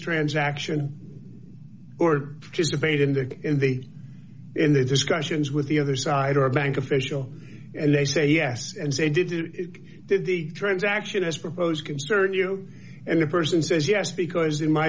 transaction or just debate in the in the in the discussions with the other side or a bank official and they say yes and say did you did the transaction as proposed concern you and the person says yes because in my